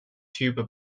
tuba